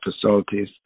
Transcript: facilities